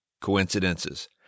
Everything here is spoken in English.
coincidences